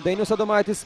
dainius adomaitis